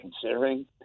considering